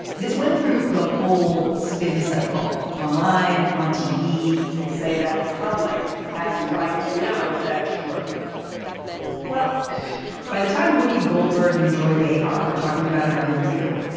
this went through the whole spin cycle online on tv they say that the public has a right to know is that true well by the time would be goldberg and joy bay ha we're talking about it on the view.